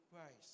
Christ